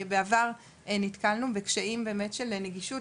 בעבר נתקלנו בקשיים באמת של נגישות,